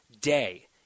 day